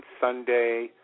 Sunday